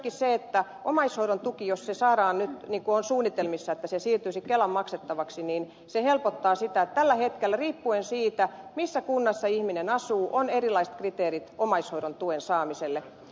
jos omaishoidontuki saadaan nyt niin kuin on suunnitelmissa kelan maksettavaksi se helpottaa nykyistä tilannetta jossa omaishoidontuen saamiselle on erilaiset kriteerit riippuen siitä missä kunnassa ihminen asuu vain erilaista kriteeri omaishoidon tuen saamiselle